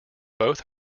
both